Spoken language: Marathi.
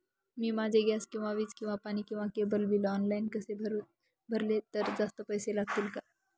मी माझे गॅस किंवा वीज किंवा पाणी किंवा केबल बिल ऑनलाईन भरले तर जास्त पैसे लागतील का?